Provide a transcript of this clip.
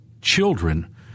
children